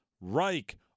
Reich